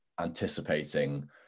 anticipating